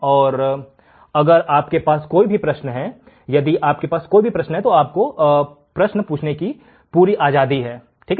और अगर आपके पास कोई प्रश्न है यदि आपके पास कोई प्रश्न है तो आपको पूछने की पूरी आजादी है